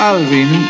Alvin